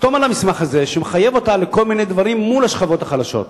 תחתום על המסמך הזה שמחייב אותה לכל מיני דברים מול השכבות החלשות.